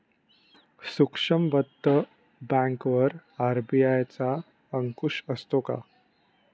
सूक्ष्म वित्त बँकेवर आर.बी.आय चा अंकुश असतो का?